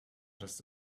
just